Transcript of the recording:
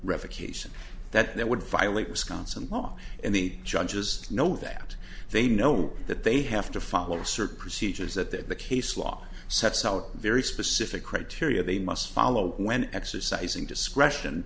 revocation that that would violate wisconsin law and the judges know that they know that they have to follow certain procedures that the case law sets out very specific criteria they must follow when exercising discretion